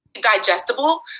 digestible